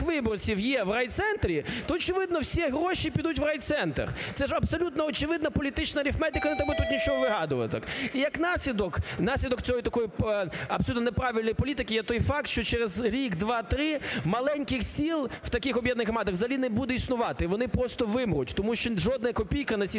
виборців є в райцентрі, то очевидно всі гроші підуть в райцентр, це ж абсолютно очевидна політична арифметика, не треба тут нічого вигадувати. І, як наслідок, наслідок цієї, абсолютної неправильної, політики є той факт, що через рік, два, три маленьких сіл в таких об'єднаних громадах взагалі не буде існувати і вони просто вимруть, тому що жодна копійка на ці